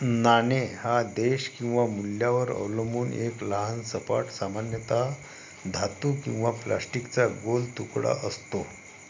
नाणे हा देश किंवा मूल्यावर अवलंबून एक लहान सपाट, सामान्यतः धातू किंवा प्लास्टिकचा गोल तुकडा असतो